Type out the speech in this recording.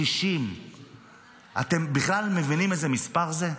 60. אתם בכלל מבינים איזה מספר זה?